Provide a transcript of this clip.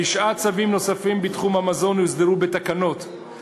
תשעה צווים נוספים בתחום המזון יוסדרו בתקנות,